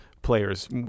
Players